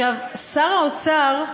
שר האוצר,